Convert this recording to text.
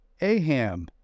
Aham